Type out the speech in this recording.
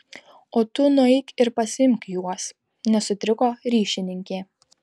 o tu nueik ir pasiimk juos nesutriko ryšininkė